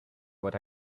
what